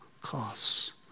costs